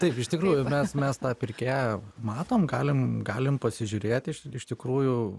taip iš tikrųjų mes mes tą pirkėją matom galim galim pasižiūrėt iš tikrųjų